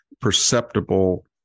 perceptible